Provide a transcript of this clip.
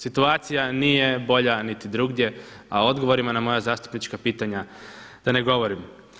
Situacija nije bolja niti drugdje, a o odgovorima na moja zastupnička pitanja da ne govorim.